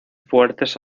fuertes